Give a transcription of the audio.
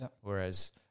Whereas